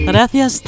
Gracias